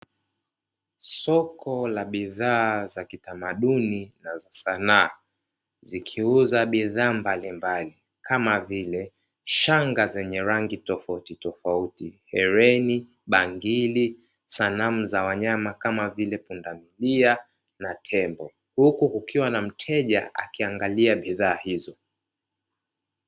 Soko la bidhaa za kitamaduni na sanaa, likiuza bidhaa mbalimbali kama vile shanga zenye rangi tofautitofauti hereni, bangili, sanamu za wanyama kama vile pundamilia na tembo huku kukiwa na mteja akiangalia bidhaa hizo.